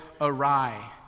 awry